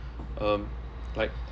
um like